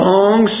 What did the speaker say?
Long